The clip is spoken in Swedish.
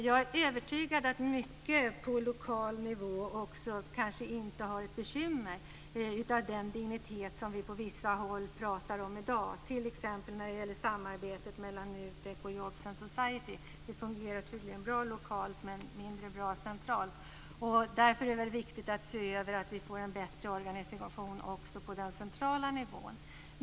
Jag är övertygad om att mycket på lokal nivå kanske inte har bekymmer av den dignitet som vi på vissa håll pratar om i dag, t.ex. när det gäller samarbetet mellan NUTEK och Jobs & Society. Det fungerar tydligen bra lokalt, men mindre bra centralt. Därför är det viktigt att se till att få en bättre organisation också på den centrala nivån.